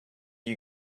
you